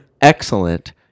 excellent